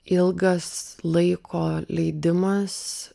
ilgas laiko leidimas